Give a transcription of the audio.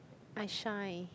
I shy